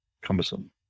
cumbersome